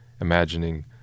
imagining